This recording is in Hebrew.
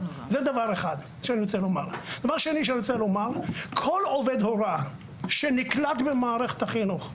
אני רוצה לומר שכל עובד הוראה שנקלט במערכת החינוך,